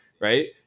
right